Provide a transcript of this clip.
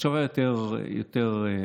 התשובה יותר ארוכה.